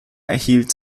erhielt